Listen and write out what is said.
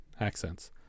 accents